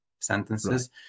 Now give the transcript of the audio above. sentences